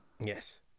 Yes